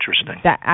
interesting